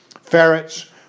ferrets